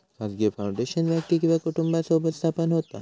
खाजगी फाउंडेशन व्यक्ती किंवा कुटुंबासोबत स्थापन होता